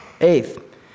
Eighth